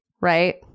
right